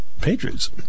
Patriots